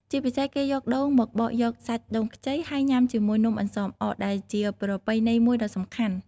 ជាពិសេស គេយកដូងមកបកយកសាច់ដូងខ្ចី ហើយញ៉ាំជាមួយនំអន្សមអក ដែលជាប្រពៃណីមួយដ៏សំខាន់។